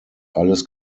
alles